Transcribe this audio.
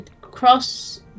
cross